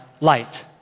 light